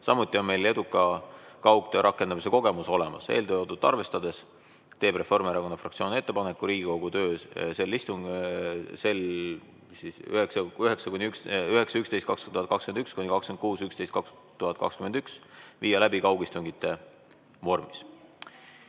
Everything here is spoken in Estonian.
Samuti on meil eduka kaugtöö rakendamise kogemus olemas. Eelöeldut arvestades teeb Reformierakonna fraktsioon ettepaneku Riigikogu töö sel istungjärgul 9.11.2021 – 26.11.2021 viia läbi kaugistungite vormis."